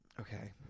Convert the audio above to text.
okay